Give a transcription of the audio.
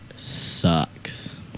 Sucks